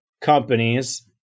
companies